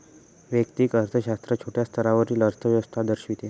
वैयक्तिक अर्थशास्त्र छोट्या स्तरावरील अर्थव्यवस्था दर्शविते